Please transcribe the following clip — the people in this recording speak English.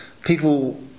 people